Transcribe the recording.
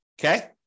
okay